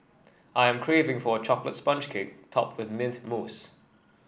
I am craving for a chocolate sponge cake topped with mint mousse